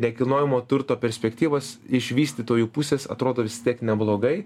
nekilnojamo turto perspektyvos iš vystytojų pusės atrodo vis tiek neblogai